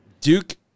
Duke